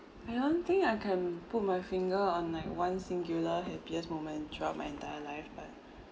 I don't think I can put my finger on like one singular happiest through my entire life but